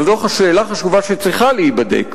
אבל זו שאלה חשובה שצריכה להיבדק,